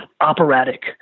operatic